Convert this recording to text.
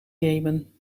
jemen